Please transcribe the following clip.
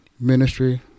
ministry